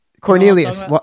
Cornelius